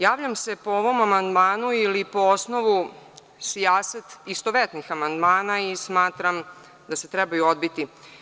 Javljam se po ovom amandmanu ili po osnovu sijaset istovetnih amandmana i smatram da se trebaju odbiti.